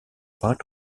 part